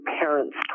parents